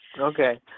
okay